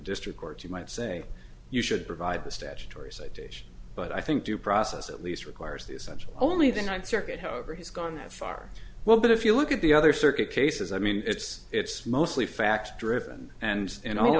district court you might say you should provide the statutory citation but i think due process at least requires the essential only the ninth circuit however he's gone that far well but if you look at the other circuit cases i mean it's it's mostly fact driven and